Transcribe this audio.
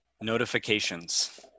notifications